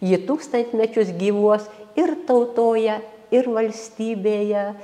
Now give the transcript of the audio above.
ji tūkstantmečius gyvuos ir tautoje ir valstybėje